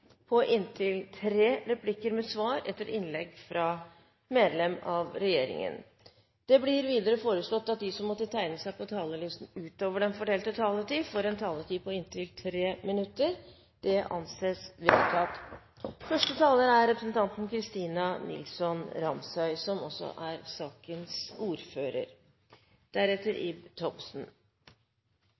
på inntil tre replikker med svar etter innlegg fra medlem av regjeringen innenfor den fordelte taletid. Videre blir det foreslått at de som måtte tegne seg på talerlisten utover den fordelte taletid, får en taletid på inntil 3 minutter. – Det anses vedtatt. Første taler er Olemic Thommessen, som